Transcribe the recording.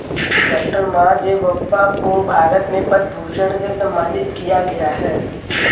doctor Mahadevappa को भारत में पद्म भूषण से सम्मानित किया गया है